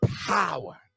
power